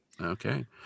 Okay